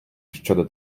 щодо